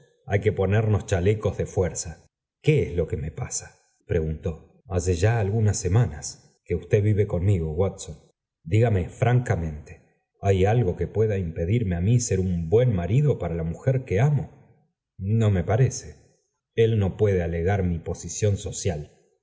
hay que ponemos tfhalecó de fuerza qué es lo que me pasa ptti guntó hace ya algunas semanas que usted vive conmigo watson dígame francamente hay algo que pueda impedirme á mí ser un buen marido para la mujer que amo ño me parece el no puede alegar mi posición social